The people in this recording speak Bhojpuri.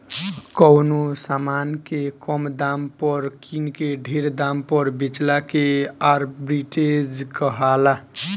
कवनो समान के कम दाम पर किन के ढेर दाम पर बेचला के आर्ब्रिट्रेज कहाला